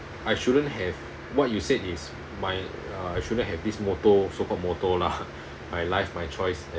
I shouldn't have what you said is my uh I shouldn't have this motto so called motto lah my life my choice